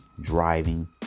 driving